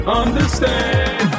understand